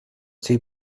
two